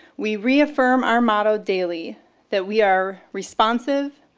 we reaffirm our motto daily that we are responsive,